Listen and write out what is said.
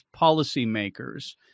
policymakers